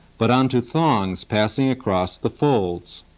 but on two thongs passing across the folds.